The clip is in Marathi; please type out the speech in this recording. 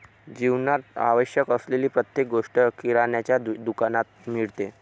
जीवनात आवश्यक असलेली प्रत्येक गोष्ट किराण्याच्या दुकानात मिळते